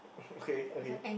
mmhmm okay okay